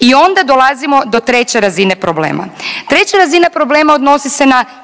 I onda dolazimo do treće razine problema. Treća razina problema odnosi se na